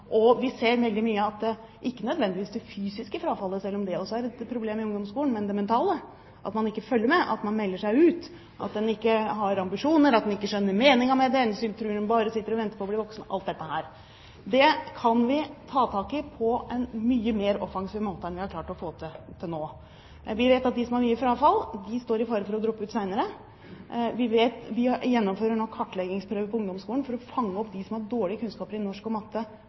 Vi ser veldig mye at ikke nødvendigvis det fysiske frafallet, selv om det også er et problem i ungdomsskolen, men det mentale – at man ikke følger med, at man melder seg ut, at en ikke har ambisjoner, at en ikke skjønner meningen med det, eller en tror en bare sitter og venter på å ble voksen og alt dette – kan vi ta tak i på en mye mer offensiv måte enn vi har klart å få til til nå. Vi vet at de som har mye frafall, står i fare for å droppe ut senere. Vi gjennomfører nå en kartleggingsprøve på ungdomsskolen for å fange opp dem som har dårlig kunnskap i norsk og matte,